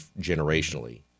generationally